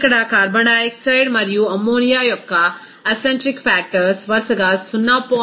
ఇక్కడ carbon dioxide మరియు ammonia యొక్క అసెంట్రిక్ ఫాక్టర్స్ వరుసగా 0